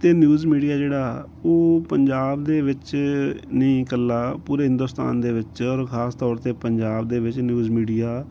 ਅਤੇ news media ਜਿਹੜਾ ਉਹ ਪੰਜਾਬ ਦੇ ਵਿੱਚ ਨਹੀਂ ਇਕੱਲਾ ਪੂਰੇ ਹਿੰਦੁਸਤਾਨ ਦੇ ਵਿੱਚ ਔਰ ਖਾਸ ਤੌਰ 'ਤੇ ਪੰਜਾਬ ਦੇ ਵਿੱਚ ਨਿਊਜ਼ ਮੀਡੀਆ